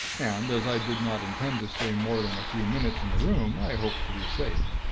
and as i did not intend to stay more than a few minutes in the room, i hoped to be safe.